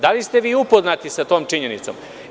Da li ste upoznati sa tom činjenicom?